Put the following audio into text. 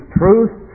truth